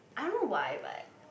I don't know why but